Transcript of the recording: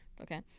Okay